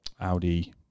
audi